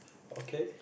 okay